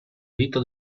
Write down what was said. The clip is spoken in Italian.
dito